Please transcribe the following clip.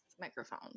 microphone